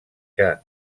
que